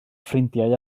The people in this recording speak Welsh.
ffrindiau